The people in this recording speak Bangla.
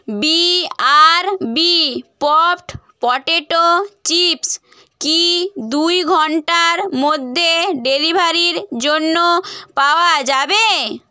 বিআরবি পপড পটেটো চিপস কি দুই ঘন্টার মধ্যে ডেলিভারির জন্য পাওয়া যাবে